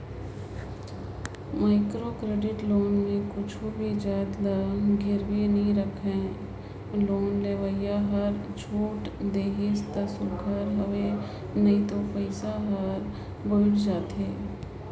micro credit loan में कुछु भी जाएत ल गिरवी नी राखय लोन लेवइया हर छूट देहिस ता सुग्घर हवे नई तो पइसा हर बुइड़ जाथे